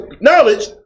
knowledge